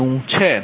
92 છે